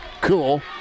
cool